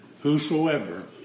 Whosoever